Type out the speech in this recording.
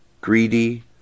greedy